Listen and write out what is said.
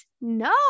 no